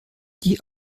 die